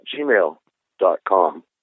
gmail.com